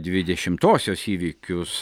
dvidešimtosios įvykius